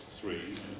three